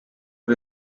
and